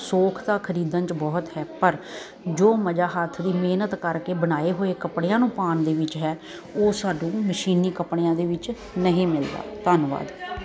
ਸੋਖ ਤਾਂ ਖਰੀਦਣ ਚ ਬਹੁਤ ਹੈ ਪਰ ਜੋ ਮਜ਼ਾ ਹੱਥ ਦੀ ਮਿਹਨਤ ਕਰਕੇ ਬਣਾਏ ਹੋਏ ਕੱਪੜਿਆਂ ਨੂੰ ਪਾਣ ਦੇ ਵਿੱਚ ਹੈ ਉਹ ਸਾਨੂੰ ਮਸ਼ੀਨੀ ਕੱਪੜਿਆਂ ਦੇ ਵਿੱਚ ਨਹੀਂ ਮਿਲਦਾ ਧੰਨਵਾਦ